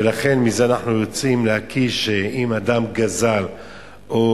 ולכן מזה אנחנו יוצאים להקיש שאם אדם גזל או